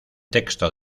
texto